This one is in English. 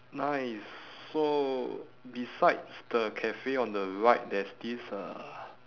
nice so besides the cafe on the right there's this uh